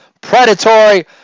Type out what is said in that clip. predatory